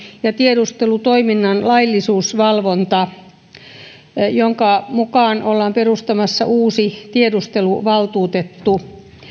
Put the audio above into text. ja tiedustelutoiminnan laillisuusvalvonta josta ehdotuksen mukaan ollaan perustamassa uusi tiedusteluvaltuutettu